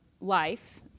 life